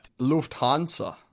Lufthansa